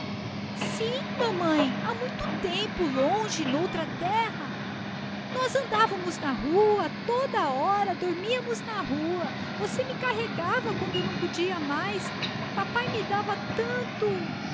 sim mamãe ha muito tempo longe n'outra terra nós andávamos na rua toda a hora dormíamos na rua você me carregava quando eu não podia mais papae me dava tanto